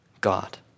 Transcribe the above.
God